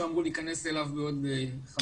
שהוא אמור להיכנס אליו בעוד חמש דקות.